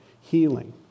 healing